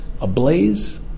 ablaze